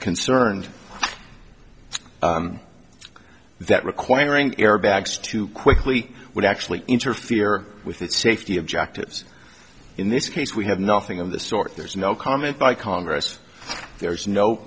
concerned that requiring airbags too quickly would actually interfere with its safety objectives in this case we have nothing of the sort there's no comment by congress there's no